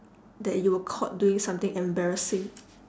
that you were caught doing something embarrassing